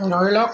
ধৰি লওক